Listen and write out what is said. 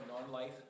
non-life